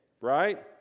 right